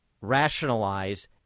rationalize